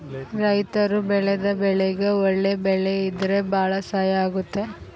ರೈತರು ಬೆಳೆದ ಬೆಳೆಗೆ ಒಳ್ಳೆ ಬೆಲೆ ಇದ್ರೆ ಭಾಳ ಸಹಾಯ ಆಗುತ್ತೆ